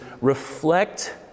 reflect